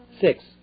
six